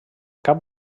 cap